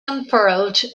unfurled